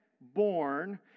born